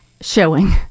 showing